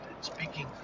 speaking